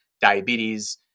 diabetes